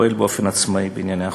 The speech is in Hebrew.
הפועל באופן עצמאי בענייני החוק.